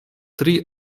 tri